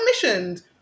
commissioned